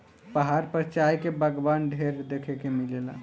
पहाड़ पर चाय के बगावान ढेर देखे के मिलेला